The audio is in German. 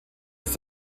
ist